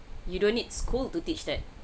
you don't need school to teach that